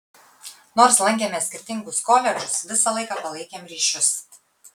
nors lankėme skirtingus koledžus visą laiką palaikėm ryšius